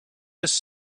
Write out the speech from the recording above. his